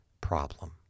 problem